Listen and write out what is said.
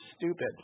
Stupid